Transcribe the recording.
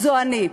זו אני,